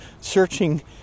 searching